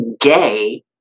gay